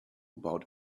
about